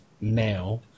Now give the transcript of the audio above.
now